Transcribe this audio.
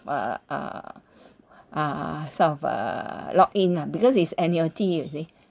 uh uh uh sort of a locked in ah because it's annuity you see